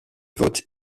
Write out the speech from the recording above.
votes